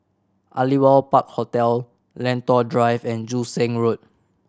Aliwal Park Hotel Lentor Drive and Joo Seng Road